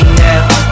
now